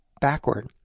backward